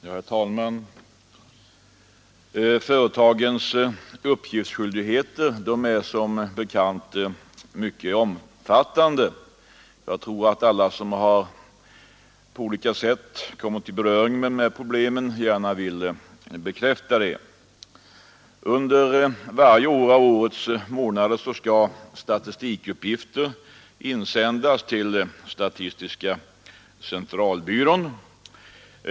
Herr talman! Företagens uppgiftsskyldighet är som bekant mycket omfattande. Jag tror att alla som på olika sätt har kommit i beröring med dessa spörsmål gärna vill bekräfta det. Under var och en av årets månader skall statistikuppgifter insändas till statistiska centralbyrån.